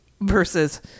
versus